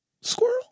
Squirrel